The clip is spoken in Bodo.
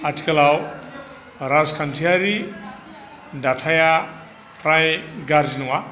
आथिखालाव राजखान्थियारि दाथाया फ्राय गाज्रि नङा